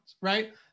right